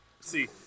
see